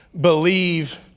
believe